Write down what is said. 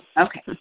Okay